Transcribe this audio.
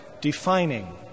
defining